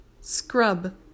Scrub